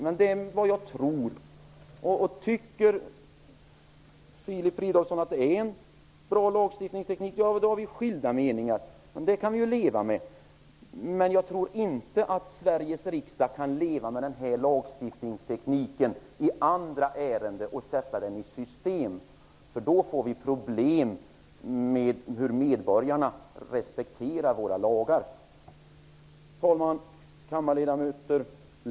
Men det är vad jag tror. Tycker Filip Fridolfsson att det är en bra lagstiftningsteknik, då har vi skilda meningar, men det kan vi ju leva med. Men jag tror inte att Sveriges riksdag kan leva med den här lagstiftningstekniken i andra ärenden och sätta den i system. Då får vi problem med hur medborgarna respekterar våra lagar. Herr talman! Kammarledamöter!